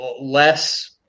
less